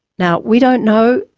now, we don't know,